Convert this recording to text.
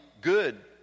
good